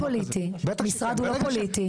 אין פוליטי, המשרד הוא לא פוליטי.